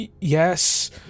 yes